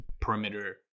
perimeter